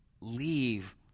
leave